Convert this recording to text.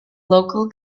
local